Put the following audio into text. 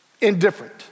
Indifferent